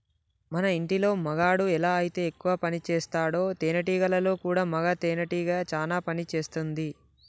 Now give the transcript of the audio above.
మన ఇంటిలో మగాడు ఎలా అయితే ఎక్కువ పనిసేస్తాడో తేనేటీగలలో కూడా మగ తేనెటీగ చానా పని చేస్తుంది